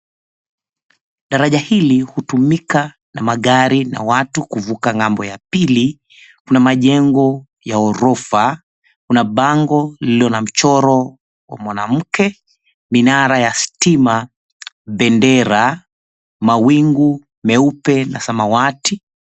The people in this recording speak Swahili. Daraja hili hutumika na magari na watu kuvuka ng'ambo ya pili. Kuna majengo ya ghorofa, kuna bango lililo na mchoro wa mwanamke, minara ya stima, bendera, mawingu meupe na samawati.